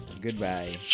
Goodbye